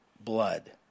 blood